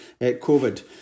COVID